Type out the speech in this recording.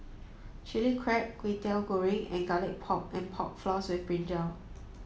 chili crab Kwetiau Goreng and garlic pork and pork floss with brinjal